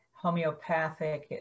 homeopathic